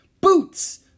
Boots